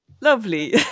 lovely